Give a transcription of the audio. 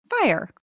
Fire